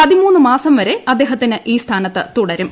പതിമൂന്ന് മാസം വരെ അദ്ദേഹത്തിന് ഈ സ്ഥാനത്ത് തുടരും